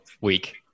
week